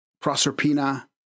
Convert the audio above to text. Proserpina